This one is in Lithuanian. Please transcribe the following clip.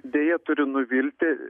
deja turiu nuvilti